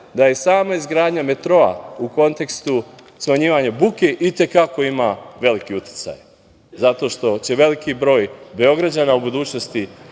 da i sama izgradnja metroa u kontekstu smanjivanja buke i te kako ima veliki uticaj, zato što će se veliki broj Beograđana i svih